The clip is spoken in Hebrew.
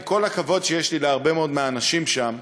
עם כל הכבוד שיש לי להרבה מאוד מהאנשים שם,